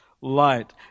light